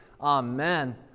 Amen